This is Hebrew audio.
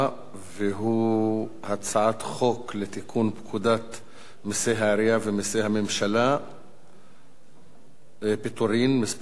והוא הצעת חוק לתיקון פקודת מסי העירייה ומסי הממשלה (פטורין) (מס' 22),